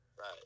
Right